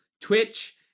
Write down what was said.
twitch